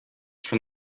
from